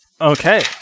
okay